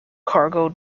cargo